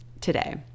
today